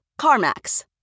CarMax